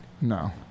No